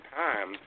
time